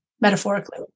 metaphorically